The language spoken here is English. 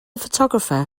photographer